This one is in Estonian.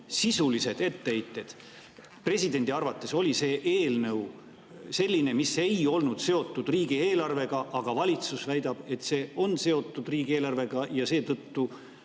sisulised etteheited. Presidendi arvates on see eelnõu selline, mis ei ole seotud riigieelarvega, aga valitsus väidab, et see on seotud riigieelarvega, ja seetõttu